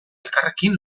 elkarrekin